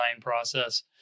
process